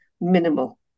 minimal